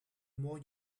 more